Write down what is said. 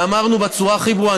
ואמרנו בצורה הכי ברורה,